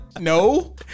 No